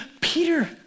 Peter